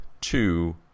two